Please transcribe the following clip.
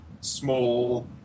small